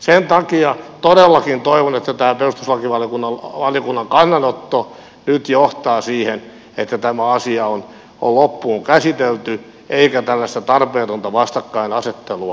sen takia todellakin toivon että tämä perustuslakivaliokunnan kannanotto nyt johtaa siihen että tämä asia on loppuun käsitelty eikä tällaista tarpeetonta vastakkainasettelua enää aiheuteta